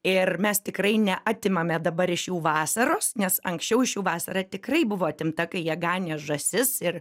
ir mes tikrai neatimame dabar iš jų vasaros nes anksčiau iš jų vasara tikrai buvo atimta kai jie ganė žąsis ir